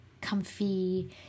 comfy